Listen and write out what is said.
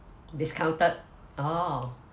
discounted orh